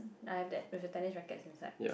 I have that with a tennis racquet inside